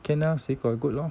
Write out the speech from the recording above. can ah 水果 good lor